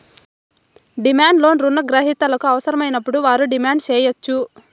demand loan రుణ గ్రహీతలకు అవసరమైనప్పుడు వారు డిమాండ్ సేయచ్చు